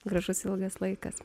gražus ilgas laikas